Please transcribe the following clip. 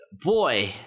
boy